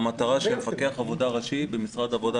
מפקח העבודה הראשי במשרד העבודה,